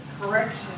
correction